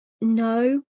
No